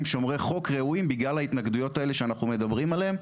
שומרי חוק ראויים בגלל ההתנגדויות האלה שאנחנו מדברים עליהם.